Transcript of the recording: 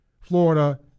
Florida